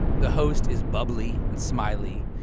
the host is bubbly and smiley.